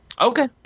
Okay